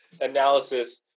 analysis